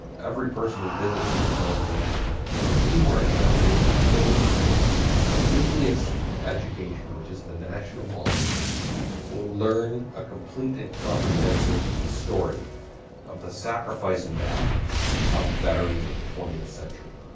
every person who visits from another nation or anywhere in the united states that and goes to this nucleus of education which is the national mall will learn a complete and comprehensive story of the sacrifice and valor of the veterans of the twentieth century.